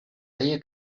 deia